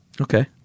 Okay